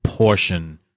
portion